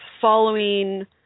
following